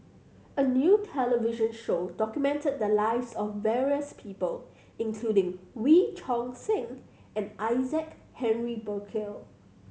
a new television show documented the lives of various people including Wee Choon Seng and Isaac Henry Burkill